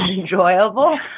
enjoyable